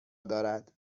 دارد